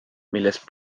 milles